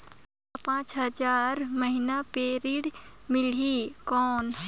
मोला पांच हजार महीना पे ऋण मिलही कौन?